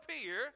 appear